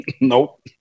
Nope